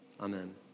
amen